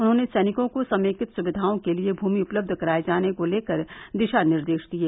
उन्होंने सैनिकों को समेकित सुविधाओं के लिये भूमि उपलब्ध कराये जाने को लेकर दिशा निर्देश दिये